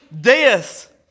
death